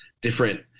different